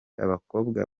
abakobwa